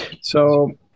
So-